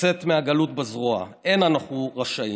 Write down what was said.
לצאת מהגלות בזרוע, אין אנו רשאים,